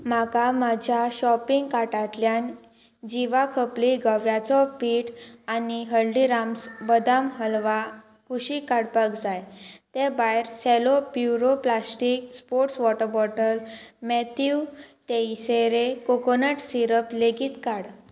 म्हाका म्हज्या शॉपिंग कार्टांतल्यान जिवा खपली गव्याचो पीठ आनी हल्दिराम्स बदाम हलवा कुशीक काडपाक जाय ते भायर सॅलो प्युरो plastic sports water bottle Matthew Teixeira coconut syrup लेगीत काड